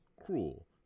cruel